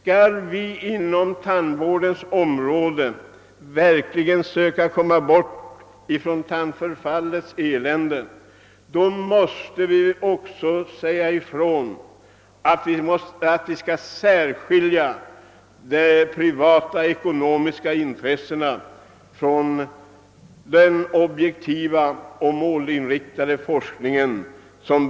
Om vi skall kunna få bukt med tandförfallets elände måste vi skilja ut det privatekonomiska intresset från den nödvändiga objektiva och målinriktade forskningen.